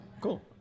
Cool